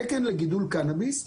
תקן לגידול קנאביס,